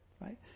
Right